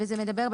זה מדבר,